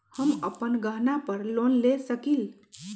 हम अपन गहना पर लोन ले सकील?